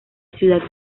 ciudad